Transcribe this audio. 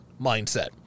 mindset